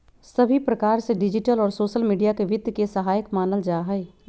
सभी प्रकार से डिजिटल और सोसल मीडिया के वित्त के सहायक मानल जाहई